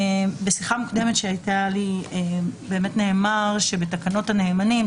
בשיחה מוקדמת שהייתה לי נאמר שבתקנות הנאמנים,